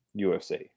UFC